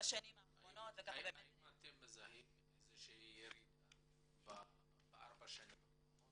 בשנים האחרונות --- האם אתם מזהים ירידה בארבע השנים האחרונות?